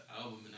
album